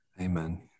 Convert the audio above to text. Amen